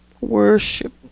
worship